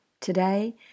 Today